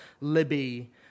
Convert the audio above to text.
Libby